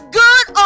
good